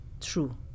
true